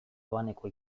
doaneko